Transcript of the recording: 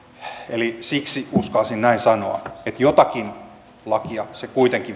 eli siksi uskalsin näin sanoa että jotakin lakia se kuitenkin